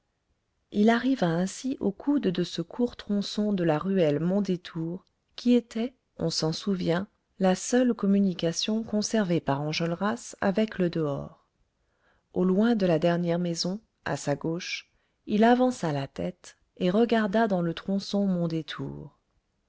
il arriva ainsi au coude de ce court tronçon de la ruelle mondétour qui était on s'en souvient la seule communication conservée par enjolras avec le dehors au coin de la dernière maison à sa gauche il avança la tête et regarda dans le tronçon mondétour